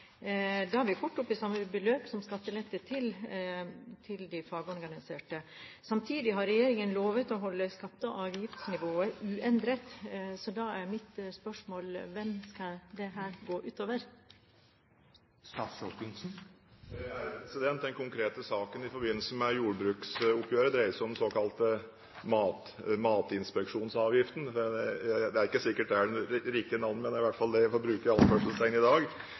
Da er vi fort oppe i samme beløp som skattelette til de fagorganiserte. Samtidig har regjeringen lovet å holde skatte- og avgiftsnivået uendret. Så da er mitt spørsmål: Hvem skal dette gå ut over? Den konkrete saken i forbindelse med jordbruksoppgjøret dreier seg om den såkalte «matinspeksjonsavgiften» – det er ikke sikkert det er det riktige navnet, men det er i hvert fall det ordet i anførselstegn jeg får bruke i dag